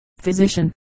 physician